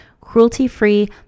cruelty-free